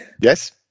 Yes